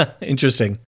Interesting